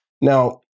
Now